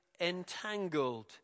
entangled